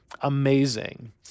amazing